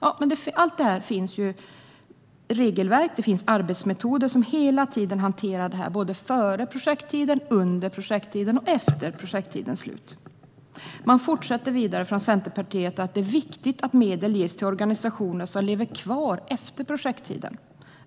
Ja, men det finns ju regelverk och arbetsmetoder som hela tiden hanterar det här, före projekttiden, under projekttiden och efter projekttiden. Centerpartiet fortsätter med att det är viktigt att medel ges till organisationer som lever kvar efter projekttiden.